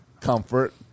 comfort